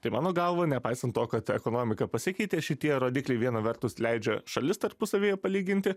tai mano galva nepaisant to kad ekonomika pasikeitė šitie rodikliai viena vertus leidžia šalis tarpusavyje palyginti